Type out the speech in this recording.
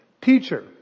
Teacher